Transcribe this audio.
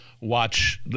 watch